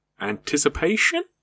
anticipation